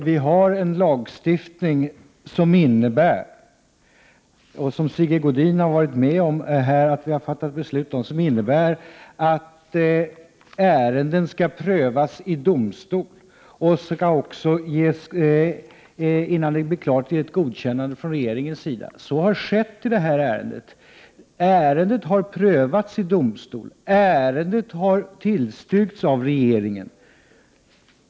Vi har en lagstiftning — som Sigge Godin har varit med om att fatta beslut om — som innebär att ärenden skall prövas i domstol innan regeringen kan ge sitt godkännande till åtgärder. Så har skett i det här ärendet. Det har prövats i domstol, och åtgärder har tillstyrkts av regeringen.